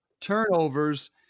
turnovers